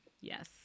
Yes